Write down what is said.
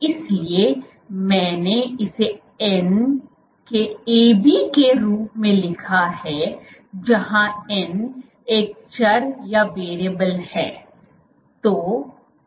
इसलिए मैंने इसे n के AB के रूप में लिखा है जहाँ n एक चर है